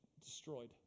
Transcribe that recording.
destroyed